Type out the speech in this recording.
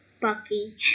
Bucky